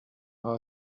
how